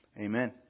amen